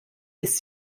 ist